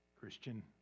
Christian